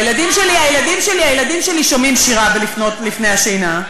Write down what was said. הילדים שלי שומעים שירה לפני השינה,